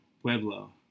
Pueblo